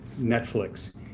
Netflix